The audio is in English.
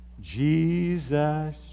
Jesus